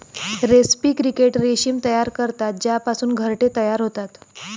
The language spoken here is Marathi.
रेस्पी क्रिकेट रेशीम तयार करतात ज्यापासून घरटे तयार होतात